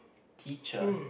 teacher